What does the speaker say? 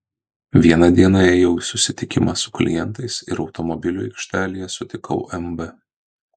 vieną dieną ėjau į susitikimą su klientais ir automobilių aikštelėje susitikau mb